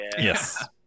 yes